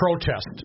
protest